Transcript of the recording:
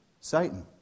Satan